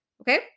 Okay